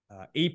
AP